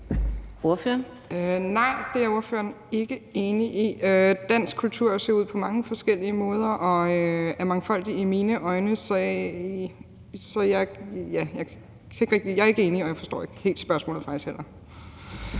(ALT): Nej, det er ordføreren ikke enig i. Dansk kultur ser ud på mange forskellige måder og er mangfoldig i mine øjne. Så jeg er ikke enig, og jeg forstår faktisk heller